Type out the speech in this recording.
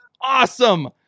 awesome